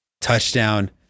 touchdown